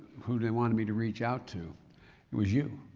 who they wanted me to reach out to it was you.